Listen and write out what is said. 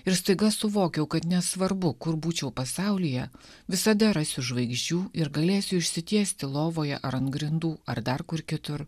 ir staiga suvokiau kad nesvarbu kur būčiau pasaulyje visada rasiu žvaigždžių ir galėsiu išsitiesti lovoje ar ant grindų ar dar kur kitur